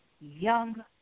young